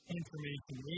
information